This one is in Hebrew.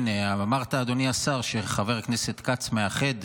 הינה, אמרת, אדוני השר, שחבר הכנסת כץ מאחד?